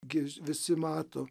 gi visi mato